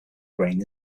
grain